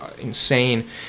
insane